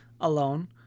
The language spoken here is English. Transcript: alone